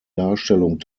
darstellung